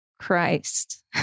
Christ